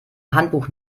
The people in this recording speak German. handbuch